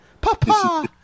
Papa